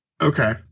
Okay